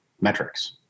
metrics